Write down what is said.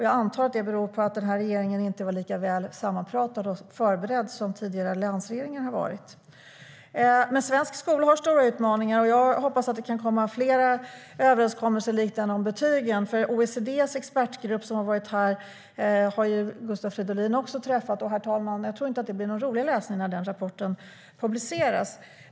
Jag antar att det beror på att regeringen inte har varit lika väl sammanpratad och förberedd som tidigare alliansregeringar har varit. Svensk skola har stora utmaningar, och jag hoppas att det kan komma fler överenskommelser likt den om betygen. OECD:s expertgrupp har också Gustav Fridolin träffat. Och, herr talman, jag tror inte att det blir någon rolig läsning när den rapporten publiceras.